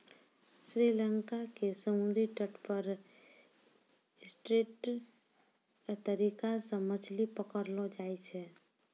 श्री लंका के समुद्री तट पर स्टिल्ट तरीका सॅ मछली पकड़लो जाय छै